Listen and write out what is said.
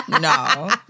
no